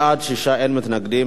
בעד, 6, אין מתנגדים.